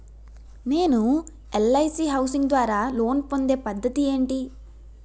నేను LIC housing ద్వారా loan పొందే పద్ధతి ఏంటి?